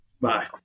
Bye